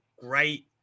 great